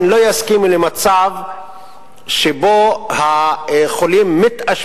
זה לא רק בזמן שיש שפעת ויש לחץ אז יש בעיה כזאת.